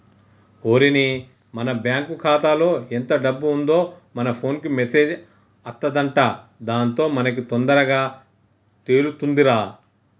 ఓరిని మన బ్యాంకు ఖాతాలో ఎంత డబ్బు ఉందో మన ఫోన్ కు మెసేజ్ అత్తదంట దాంతో మనకి తొందరగా తెలుతుందిరా